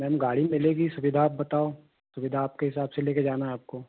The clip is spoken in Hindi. मैम गाड़ी मिलेगी सुविधा आप बताओ सुविधा आपके हिसाब से लेकर जाना है आपको